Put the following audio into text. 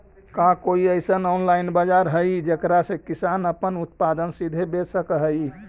का कोई अइसन ऑनलाइन बाजार हई जेकरा में किसान अपन उत्पादन सीधे बेच सक हई?